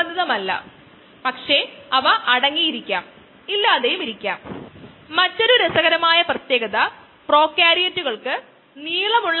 c അല്ലെങ്കിൽ c ln xzero minus mu t zero ന് തുല്യമാണ്